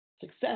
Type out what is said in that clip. success